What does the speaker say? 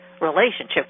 relationship